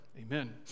Amen